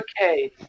okay